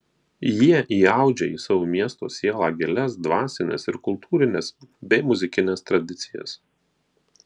jie įaudžia į savo miesto sielą gilias dvasines ir kultūrines bei muzikines tradicijas